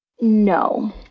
No